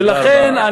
ולכן,